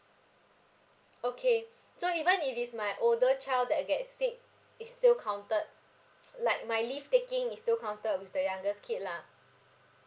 okay so even if it's my older child that get sick it's still counted like my leave taking is still counted with the youngest kid lah